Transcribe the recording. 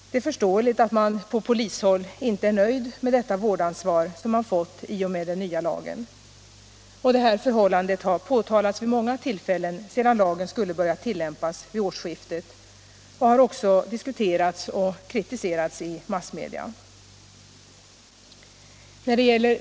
Det är förståeligt att man på polishåll inte är nöjd med det vårdansvar som man fått i och med den nya lagen. Detta förhållande har påtalats vid många tillfällen sedan lagen började tillämpas vid årsskiftet. Det har också diskuterats och kritiserats i massmedia.